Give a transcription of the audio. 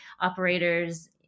operators